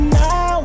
now